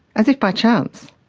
as if by chance,